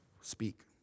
speak